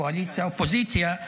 קואליציה אופוזיציה,